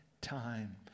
time